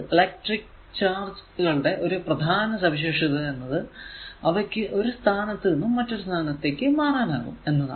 electric charge കളുടെ ഒരു പ്രധാന സവിശേഷത എന്നത് അവയ്ക്കു ഒരു സ്ഥാനത്തു നിന്നും മറ്റൊരിടത്തേക്ക് മാറാനാകും എന്നതാണ്